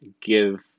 give